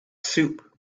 soup